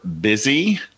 busy